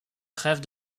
trève